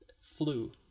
flu